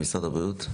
משרד הבריאות?